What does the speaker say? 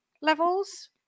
levels